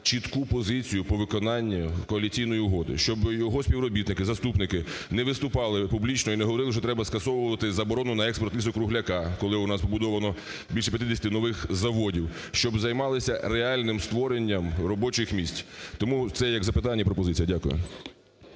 чітку позицію по виконанню коаліційної угоди, щоб його співробітники, заступники не виступали публічно і не говорили, що треба скасовувати заборону на експорт лісу-кругляка, коли у нас побудовано більше 50 нових заводів, щоб займалися реальним створення робочих місць. Тому це як запитання і пропозиція. Дякую.